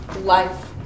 life